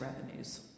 revenues